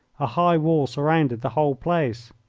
a high wall surrounded the whole place.